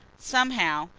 somehow,